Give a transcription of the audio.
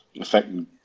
affecting